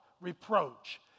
reproach